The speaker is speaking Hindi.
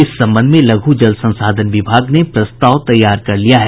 इस संबंध में लघु जल संसाधन विभाग ने प्रस्ताव तैयार कर लिया है